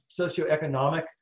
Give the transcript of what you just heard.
socioeconomic